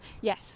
yes